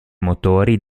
motori